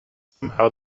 somehow